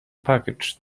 package